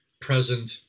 present